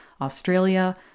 Australia